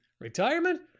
Retirement